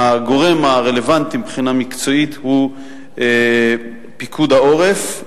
הגורם הרלוונטי מבחינה מקצועית הוא פיקוד העורף,